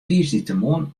tiisdeitemoarn